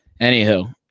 anywho